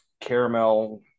caramel